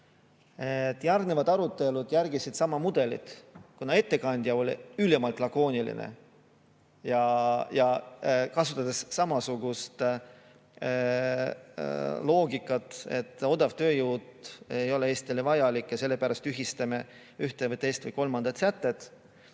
Järgnevad arutelud järgisid sama mudelit. Kuna ettekandja oli ülimalt lakooniline ja kasutas samasugust loogikat, et odav tööjõud ei ole Eestile vajalik ja sellepärast tühistame ühe või teise või kolmanda sätte,